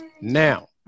Now